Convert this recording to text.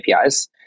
APIs